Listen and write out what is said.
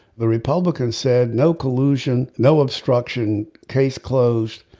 the republicans said no collusion no obstruction. case closed.